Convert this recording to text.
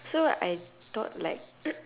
so I thought like